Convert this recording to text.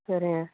சரிங்க